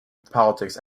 politics